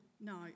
No